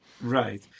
Right